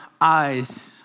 eyes